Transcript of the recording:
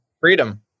Freedom